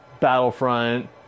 Battlefront